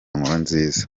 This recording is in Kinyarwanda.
nkurunziza